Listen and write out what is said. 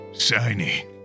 Shiny